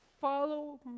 Follow